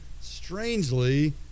strangely